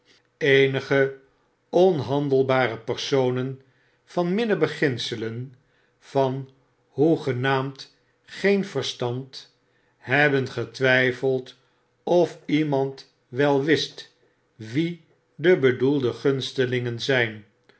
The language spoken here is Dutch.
eenige onhandelbare personen van minne beginselen van hoegenaamd geen verstand hebben getwflfeld ofiemand wel wist wie de bedoelde gunstelingen zijn